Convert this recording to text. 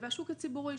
והשוק הציבורי,